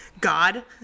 god